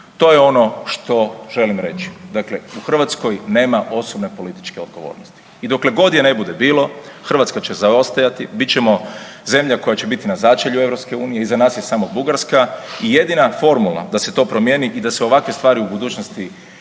To je ono što želim reći, dakle u Hrvatskoj nema osobne političke odgovornosti i dokle god je ne bude bilo Hrvatska će zaostajati, bit ćemo zemlja koja će biti na začelju EU, iza nas je samo Bugarska i jedina formula da se to promijeni i da se ovakve stvari u budućnosti